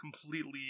completely